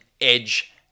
Edge